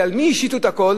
ועל מי השיתו את הכול?